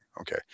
Okay